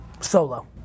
Solo